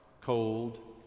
cold